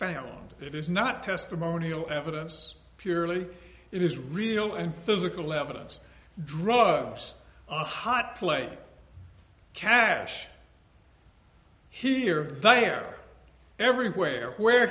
found it is not testimonial evidence purely it is real and physical evidence drugs a hot plate cash here they are everywhere where